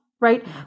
right